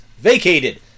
vacated